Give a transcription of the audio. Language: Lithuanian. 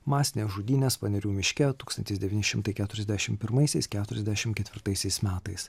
masinės žudynės panerių miške tūkstantis devyni šimtai keturiasdešim pirmaisiais keturiasdešim ketvirtaisiais metais